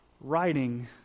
writing